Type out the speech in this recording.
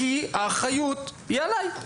כי האחריות היא עליי".